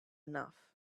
enough